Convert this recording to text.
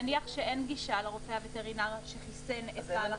נניח שאין גישה לרופא שחיסן את הכלב.